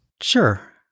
Sure